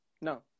no